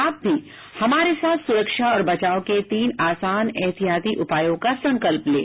आप भी हमारे साथ सुरक्षा और बचाव के तीन आसान एहतियाती उपायों का संकल्प लें